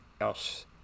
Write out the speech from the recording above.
else